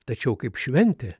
tačiau kaip šventė